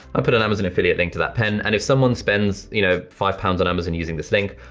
i put an amazon affiliate link to that pen and if someone spends, you know, five pounds on amazon using this link,